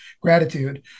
gratitude